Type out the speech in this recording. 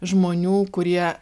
žmonių kurie